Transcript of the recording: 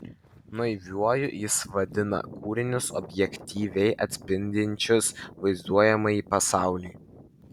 naiviuoju jis vadina kūrinius objektyviai atspindinčius vaizduojamąjį pasaulį